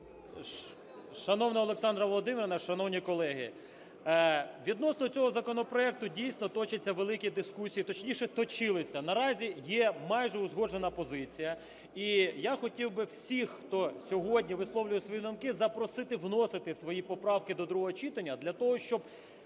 Шановна Олександра Володимирівна, шановні колеги! Відносно цього законопроекту, дійсно, точаться великі дискусії, точніше точилися, наразі є майже узгоджена позиція. І я хотів би всіх, хто сьогодні висловлює свої думки, запросити вносити свої поправки до другого читання для того, щоб